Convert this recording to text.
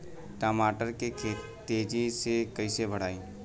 टमाटर के तेजी से कइसे बढ़ाई?